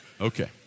Okay